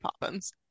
Poppins